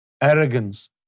arrogance